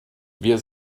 wir